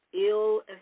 ill